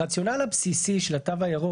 הרציונל הבסיסי של התו הירוק,